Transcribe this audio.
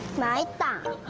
my back.